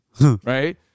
Right